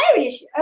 Irish